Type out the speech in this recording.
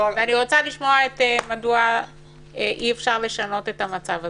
אני רוצה לשמוע מדוע אי-אפשר לשנות את המצב הזה.